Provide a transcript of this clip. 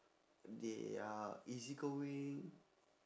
they are easy-going